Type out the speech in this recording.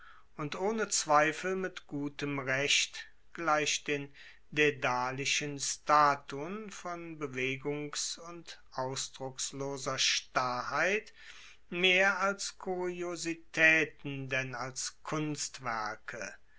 und ohne zweifel mit gutem recht gleich den daedalischen statuen von bewegungs und ausdrucksloser starrheit mehr als kuriositaeten denn als kunstwerke